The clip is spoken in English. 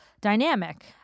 dynamic